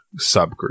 subgroup